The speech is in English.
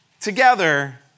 together